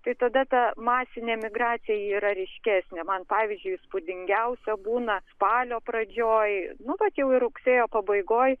tai tada ta masinė emigracija yra ryškesnė man pavyzdžiui įspūdingiausia būna spalio pradžioj nu vat jau ir rugsėjo pabaigoj